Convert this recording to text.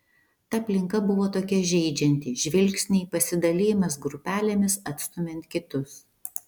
ta aplinka buvo tokia žeidžianti žvilgsniai pasidalijimas grupelėmis atstumiant kitus